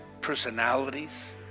personalities